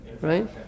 Right